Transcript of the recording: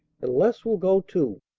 and les will go, too!